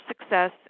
success